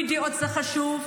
ריבוי דעות זה חשוב,